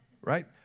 Right